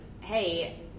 Hey